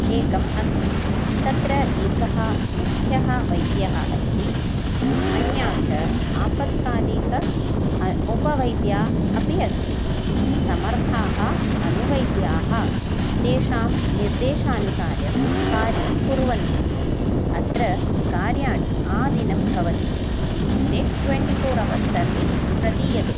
एकम् अस्ति तत्र एकः मुख्यः वैद्यः अस्ति अन्या च आपत्कालिक उपवैद्या अपि अस्ति समर्थाः अनुवैद्याः तेषां निर्देशानुसारं कार्यं कुर्वन्ति अत्र कार्याणि आदिनं भवन्ति इत्युक्ते ट्वेन्टि फ़ोर् अवर् सर्वीस् प्रदीयते